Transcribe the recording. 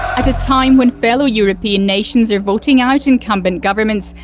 at a time when fellow european nations are voting out incumbent governments,